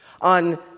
on